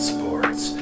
Sports